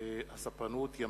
הספנות (ימאים)